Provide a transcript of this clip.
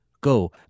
Go